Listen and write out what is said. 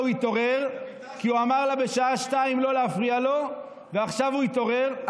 הוא התעורר כי הוא אמר לה בשעה 14:00 לא להפריע לו ועכשיו הוא התעורר.